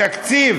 התקציב